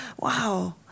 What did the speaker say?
wow